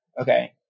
Okay